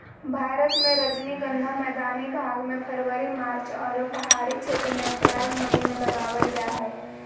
भारत मे रजनीगंधा मैदानी भाग मे फरवरी मार्च आरो पहाड़ी क्षेत्र मे अप्रैल मई मे लगावल जा हय